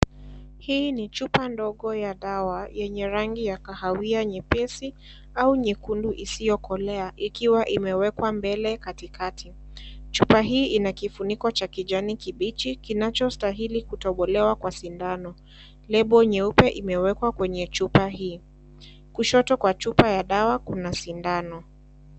Hii ni chupa ndogo ya dawa yenye rangi ya kahawia nyepesi au nyekundu isiokorea ikiwa imewekwa mbele katikati, chupa hii ina kifuniko cha kijani kibichi kinachostahili kutobolewa na sindano. (cs) Label(cs) nyeupe imewekwa kwenye chupa hii. Kushoto kwa chupa ya dawa kuna sindano.